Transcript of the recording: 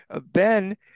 Ben